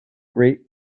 great